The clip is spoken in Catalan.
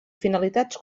finalitats